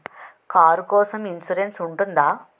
Car కోసం insurance ఉంటుందా?